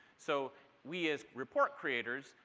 so we as report creators,